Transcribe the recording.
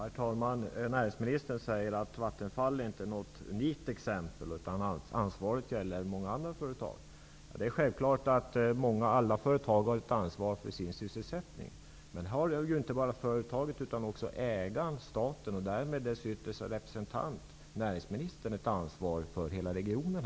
Herr talman! Näringsministern säger att Vattenfall inte är något unikt exempel. Samma ansvar gäller i många andra företag. Självfallet har alla företag ett ansvar för sin sysselsättning. Men inte bara företaget utan också ägaren, staten, och därmed dess yttersta representant, näringsministern, har ett ansvar för hela regionen.